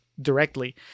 Directly